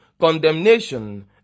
condemnation